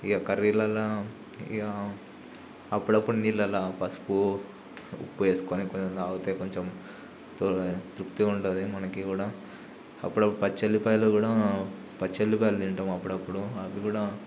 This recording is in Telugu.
కర్రీలల ఇక అప్పుడప్పుడు నీళ్లలా పసుపు ఉప్పు వేసుకొని తాగితే కొంచెం తృప్తిగా ఉంటుంది మనకి కూడా అప్పుడప్పుడు పచ్చి ఉల్లిపాయలు కూడా పచ్చి ఉల్లిపాయలు తింటాము అప్పుడప్పుడు అప్పుడు కూడా